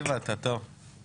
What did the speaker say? הייתי אומר כמעט אני לא,